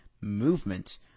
movement